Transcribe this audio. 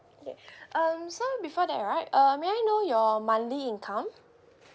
okay um so before that right uh may I know your monthly income